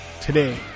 today